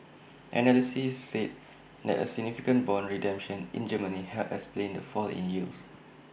analysts said that A significant Bond redemption in Germany helped explain the fall in yields